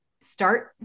start